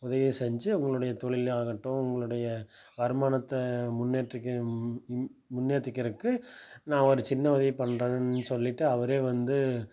உதவியை செஞ்சு அவங்களுடைய தொழிலாகட்டும் அவங்களுடைய வருமானத்தை முன்னேற்றிக்க முன்னேற்றிக்கிறக்கு நான் ஒரு சின்ன உதவி பண்ணுறேன்னு சொல்லிவிட்டு அவரே வந்து